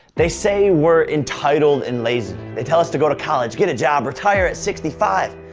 they say we're entitled and lazy. they tell us to go to college, get a job, retire at sixty five.